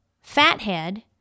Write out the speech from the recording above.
Fathead